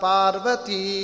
Parvati